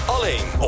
Alleen